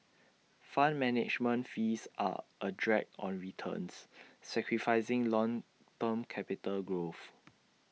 fund management fees are A drag on returns sacrificing long term capital growth